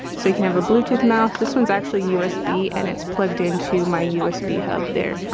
so you can have a bluetooth mouse. this one's actually usb, and it's plugged into my usb hub there.